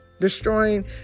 destroying